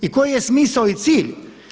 I koji je smisao i cilj?